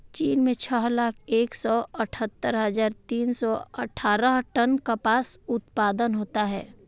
चीन में छह लाख एक सौ अठत्तर हजार तीन सौ अट्ठारह टन कपास उत्पादन होता है